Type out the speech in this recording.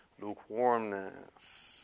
Lukewarmness